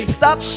stop